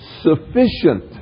sufficient